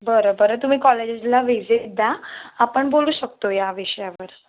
बरं बरं तुम्ही कॉलेजला व्हिजिट द्या आपण बोलू शकतो या विषयावर